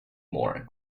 more